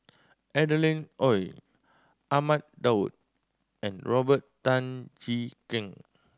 Adeline Ooi Ahmad Daud and Robert Tan Jee Keng